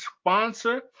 sponsor